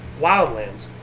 Wildlands